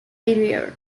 very